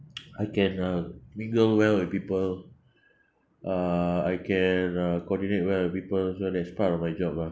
I can uh mingle well with people uh I can uh coordinate well with with people so that's part of my job lah